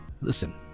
listen